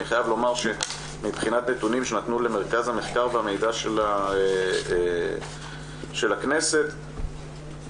אני חייב לומר שמבחינת נתונים שנתנו למרכז המחקר והמידע של הכנסת משרד